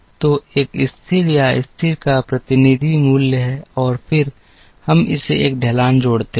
तो एक स्तर या स्थिर का प्रतिनिधि मूल्य है और फिर हम इसमें एक ढलान जोड़ते हैं